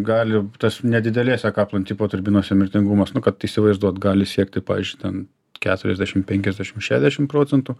gali tas nedidelėse kaplan tipo turbinose mirtingumas nu kad įsivaizduot gali siekti pavyzdžiui ten keturiasdešimt penkiasdešimt šedešimt procentų